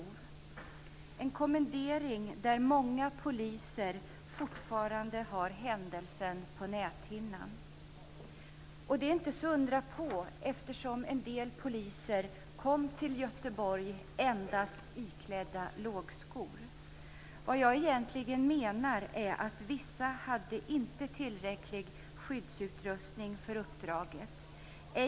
Det var en kommendering med händelser som många poliser fortfarande har på näthinnan. Det är inte att undra på. En del poliser kom till Göteborg iklädda lågskor. Vad jag egentligen menar är att vissa inte hade tillräcklig skyddsutrustning för uppdraget.